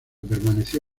permaneció